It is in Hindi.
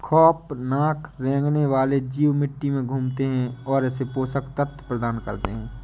खौफनाक रेंगने वाले जीव मिट्टी में घूमते है और इसे पोषक तत्व प्रदान करते है